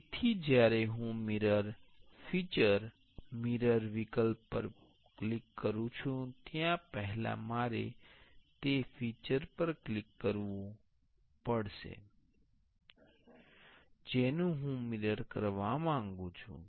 તેથી જ્યારે હું મિરર ફિચર મિરર વિકલ્પ પર ક્લિક કરું છું ત્યારે પહેલા મારે તે ફીચર પર ક્લિક કરવું પડશે જેનુ હું મિરર કરવા માંગું છું